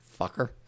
Fucker